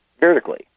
vertically